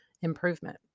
improvement